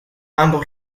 ambos